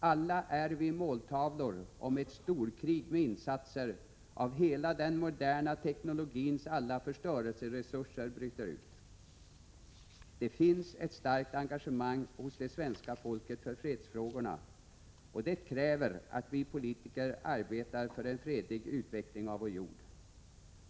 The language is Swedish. Alla är vi måltavlor om ett storkrig med insatser av hela den moderna tekonologins alla förstörelseresurser bryter ut. Det finns ett starkt engagemang hos det svenska folket för fredsfrågorna, och det kräver att vi politiker arbetar för en fredlig utveckling på vår jord.